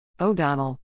O'Donnell